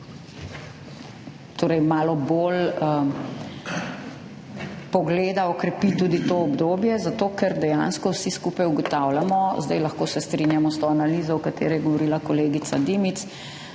malo bolj pogleda, okrepi tudi to obdobje. Zato ker dejansko vsi skupaj ugotavljamo, lahko se strinjamo s to analizo, o kateri je govorila kolegica Dimic,